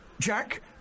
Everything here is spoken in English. Jack